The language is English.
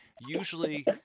usually